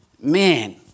man